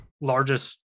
largest